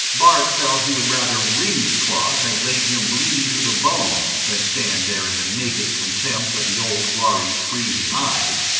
bart felt he would rather ringg's claws had laid him bleeding to the bone than stand there in the naked contempt of the old lhari's freezing eyes.